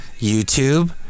YouTube